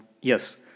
Yes